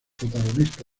protagonista